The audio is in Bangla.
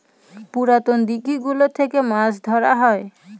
পুরাতন দিঘি গুলো থেকে মাছ ধরা হয়